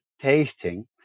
tasting